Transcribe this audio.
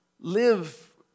Live